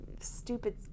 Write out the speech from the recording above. stupid